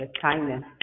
kindness